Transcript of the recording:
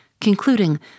concluding